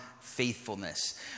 faithfulness